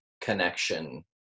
connection